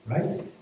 Right